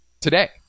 today